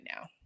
now